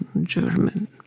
German